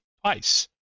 twice